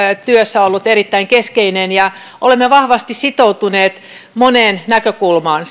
työssä ollut erittäin keskeistä ja olemme vahvasti sitoutuneet moneen näkökulmaan